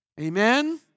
Amen